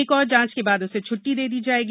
एक और जांच के बाद उसे छ्ट्टी दे दी जाएगी